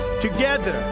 Together